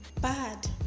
bad